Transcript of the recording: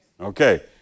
Okay